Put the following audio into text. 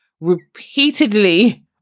repeatedly